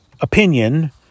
opinion